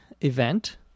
event